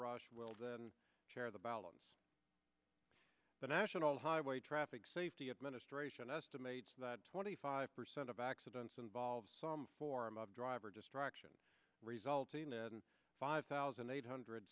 ross well the chair of the balance the national highway traffic safety administration estimates that twenty five percent of accidents involve some form of driver distraction resulting in five thousand eight hundred